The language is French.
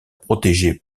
protégée